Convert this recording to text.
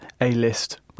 A-list